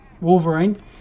Wolverine